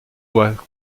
voit